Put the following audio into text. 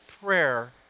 prayer